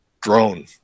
drone